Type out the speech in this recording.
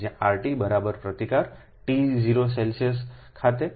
જ્યાંRT પ્રતિકારT00સેલ્સિયસ ખાતે